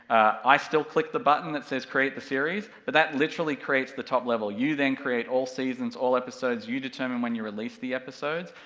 i still click the button that says create the series, but that literally creates the top level, you then create all seasons, all episodes, you determine when you release the episodes,